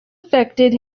affected